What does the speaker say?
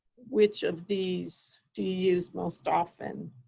which of these do you use most often?